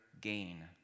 gain